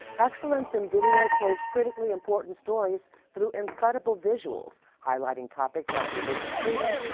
excellence in video told critically important stories through incredible visuals highlighting topics like religious freedom,